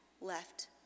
left